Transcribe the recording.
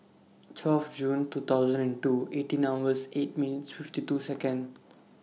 twelve June two thousand and two eighteen hours eight minutes fifty two Second